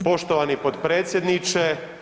Poštovani potpredsjedniče.